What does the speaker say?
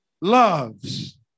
loves